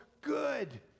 good